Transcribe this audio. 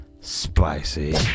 spicy